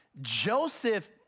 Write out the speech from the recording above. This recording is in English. Joseph